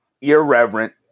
irreverent